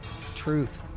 truth